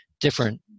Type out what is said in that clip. different